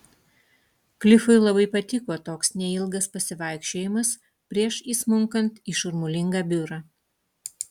klifui labai patiko toks neilgas pasivaikščiojimas prieš įsmunkant į šurmulingą biurą